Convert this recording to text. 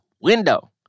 window